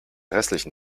restlichen